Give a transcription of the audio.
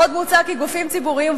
עוד מוצע כי גופים ציבוריים,